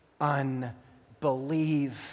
unbelieve